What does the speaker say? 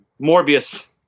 Morbius